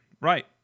right